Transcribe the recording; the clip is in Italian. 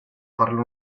farle